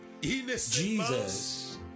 Jesus